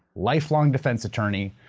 lifelong defense attorney,